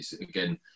again